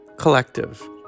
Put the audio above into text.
collective